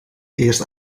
eerst